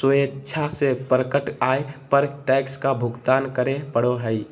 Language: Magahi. स्वेच्छा से प्रकट आय पर टैक्स का भुगतान करे पड़ो हइ